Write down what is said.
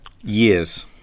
Years